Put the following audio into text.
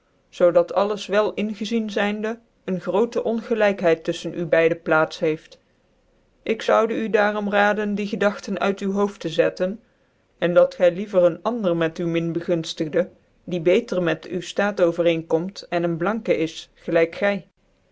dat alles wel ingezien zyr de een grootc ongelijkheid tulfchcn u beide plaats heeft ik zoude u daarom raden die gcdagtcn uit u hooft te zetten cn dat gy liever ccn ander met u min bcgunftigdc die beter met u raat overeen komt cn ccn blanke is gciyk y